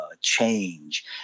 change